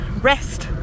rest